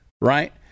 right